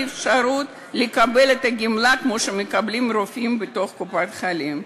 אפשרות לקבל את הגמלה כמו שמקבלים רופאים בתוך קופת-חולים.